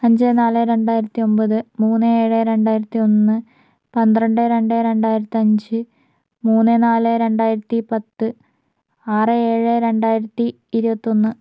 അഞ്ച നാല് രണ്ടായിരത്തി ഒമ്പത് മൂന്ന് ഏഴ് രണ്ടായിരത്തി ഒന്ന് പന്ത്രണ്ട് രണ്ട് രണ്ടായിരത്തഞ്ച് മൂന്ന് നാല് രണ്ടായിരത്തിപ്പത്ത് ആറ് ഏഴ് രണ്ടായിരത്തി ഇരുപത്തൊന്ന്